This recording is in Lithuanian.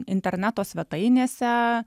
interneto svetainėse